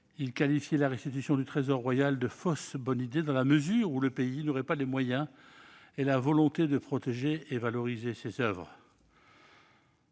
Il qualifiait la restitution du trésor royal de fausse bonne idée, dans la mesure où le pays n'aurait pas les moyens ni la volonté de protéger et valoriser ces oeuvres.